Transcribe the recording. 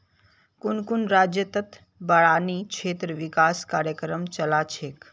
कुन कुन राज्यतत बारानी क्षेत्र विकास कार्यक्रम चला छेक